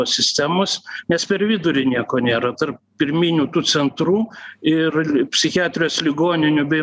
sistemos nes per vidurį nieko nėra tarp pirminių tų centrų ir psichiatrijos ligoninių bei